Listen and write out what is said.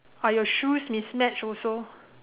are your shoes mismatched also